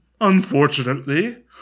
Unfortunately